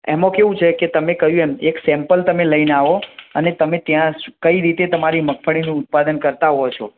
એમાં કેવું છે કે તમે કહ્યું એમ એક સેમ્પલ તમે લઇને આવો અને તમે ત્યાં જ કઈ રીતે તમારી મગફળીનું ઉત્પાદન કરતા હોવ છો